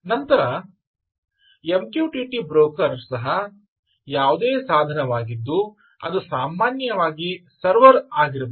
ನಂತರ MQTT broker ಸಹ ಯಾವುದೇ ಸಾಧನವಾಗಿದ್ದು ಅದು ಸಾಮಾನ್ಯವಾಗಿ ಸರ್ವರ್ ಆಗಿರಬಹುದು